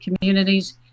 communities